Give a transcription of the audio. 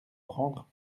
prendre